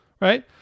right